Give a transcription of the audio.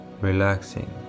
relaxing